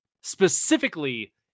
specifically